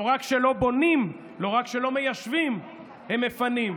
לא רק שלא בונים, לא רק שלא מיישבים, הם מפנים.